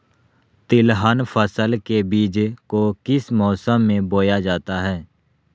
तिलहन फसल के बीज को किस मौसम में बोया जाता है?